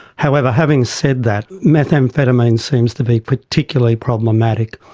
however, having said that, methamphetamine seems to be particularly problematic.